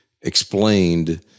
explained